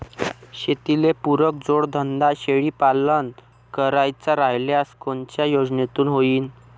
शेतीले पुरक जोडधंदा शेळीपालन करायचा राह्यल्यास कोनच्या योजनेतून होईन?